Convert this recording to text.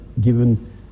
given